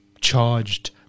charged